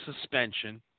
suspension